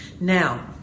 Now